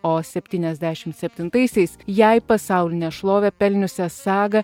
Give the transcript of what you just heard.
o septyniasdešimt septintaisiais jai pasaulinę šlovę pelniusią sagą